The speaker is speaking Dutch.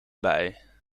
bij